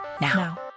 Now